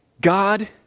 God